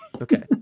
Okay